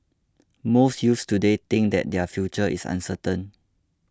most youths today think that their future is uncertain